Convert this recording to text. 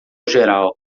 geral